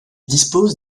dispose